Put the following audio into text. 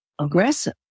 aggressive